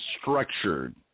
structured